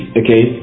okay